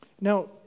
Now